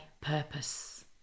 purpose